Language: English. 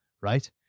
Right